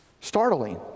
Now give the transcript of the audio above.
Startling